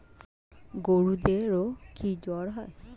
গরুদেরও কি জ্বর হয়?